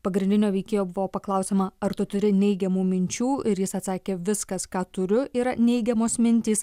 pagrindinio veikėjo buvo paklausiama ar tu turi neigiamų minčių ir jis atsakė viskas ką turiu yra neigiamos mintys